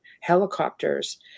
helicopters